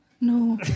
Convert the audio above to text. no